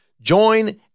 Join